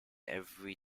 every